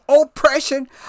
oppression